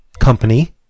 company